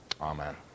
Amen